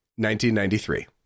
1993